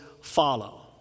follow